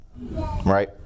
Right